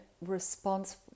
response